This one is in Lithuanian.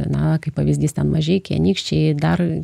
na kaip pavyzdys ten mažeikiai anykščiai e dar